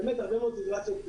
באמת הרבה מאוד --- קשות.